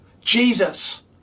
Jesus